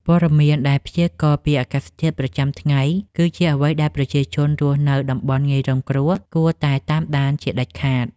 ព័ត៌មានដែលព្យាករណ៍ពីអាកាសធាតុប្រចាំថ្ងៃ គឺជាអ្វីដែលប្រជាជនរស់នៅតំបន់ងាយរងគ្រោះគួរតែតាមដានជាដាច់ខាត។